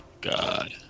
God